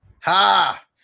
Ha